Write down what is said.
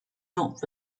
not